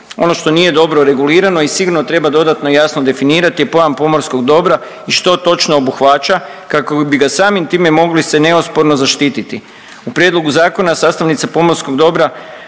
Ono što nije dobro regulirano i sigurno treba dodatno jasno definirati je pojam pomorskog dobra i što točno obuhvaća, kako bi ga samim time mogli se neosporno zaštiti. U prijedlog zakona sastavnica pomorskog dobra